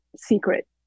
secret